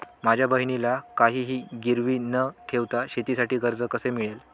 माझ्या बहिणीला काहिही गिरवी न ठेवता शेतीसाठी कर्ज कसे मिळेल?